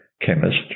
chemist